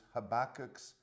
Habakkuk's